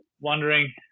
wondering